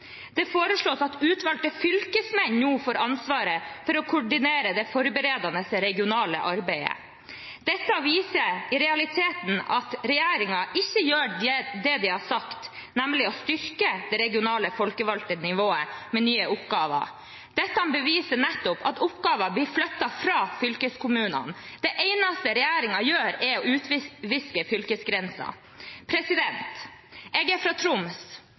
Det foreslås at utvalgte fylkesmenn nå får ansvaret for å koordinere det forberedende regionale arbeidet. Dette viser i realiteten at regjeringen ikke gjør det de har sagt at de skal gjøre, nemlig å styrke det regionale folkevalgte nivået med nye oppgaver. Dette beviser nettopp at oppgaver blir flyttet fra fylkeskommunene. Det eneste regjeringen gjør, er å utviske fylkesgrensene. Jeg er fra Troms,